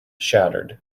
shattered